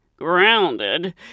grounded